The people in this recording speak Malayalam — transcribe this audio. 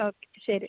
ഓക്കെ ശരി